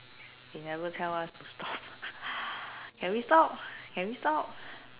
they never tell us to stop can we stop can we stop